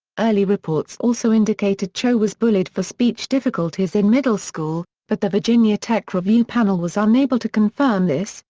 early reports also indicated cho was bullied for speech difficulties in middle school, but the virginia tech review panel was unable to confirm this,